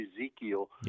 Ezekiel